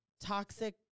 toxic